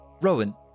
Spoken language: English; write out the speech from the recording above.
Rowan